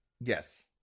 Yes